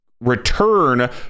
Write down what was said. return